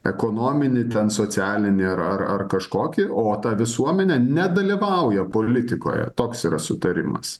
ekonominį ten socialinį ar ar ar kažkokį o ta visuomenė nedalyvauja politikoje toks yra sutarimas